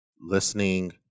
listening